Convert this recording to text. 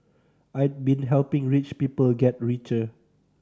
I been helping rich people get richer